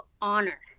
honor